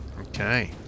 Okay